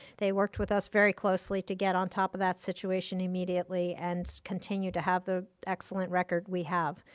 they worked with us very closely to get on top of that situation immediately and continue to have the excellent record we have.